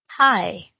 Hi